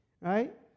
right